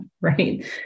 right